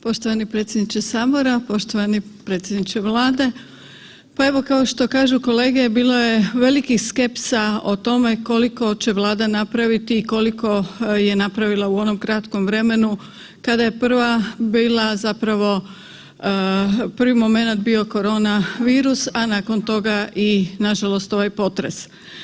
Poštovani predsjedniče sabora, poštovani predsjedniče Vlade, pa evo kao što kažu kolege bilo je velikih skepsa o tome koliko će Vlada napraviti i koliko je napravila u onom kratkom vremenu kada je prva bila zapravo, prvi momenat bio korona virus, a nakon toga i nažalost i ovaj potres.